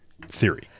theory